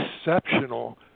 exceptional